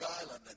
Island